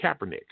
Kaepernick